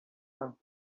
earth